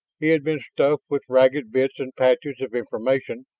he had been stuffed with ragged bits and patches of information,